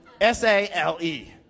S-A-L-E